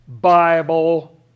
Bible